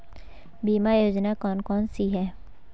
बीमा योजना कौन कौनसी हैं?